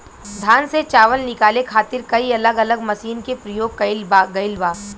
धान से चावल निकाले खातिर कई अलग अलग मशीन के प्रयोग कईल गईल बा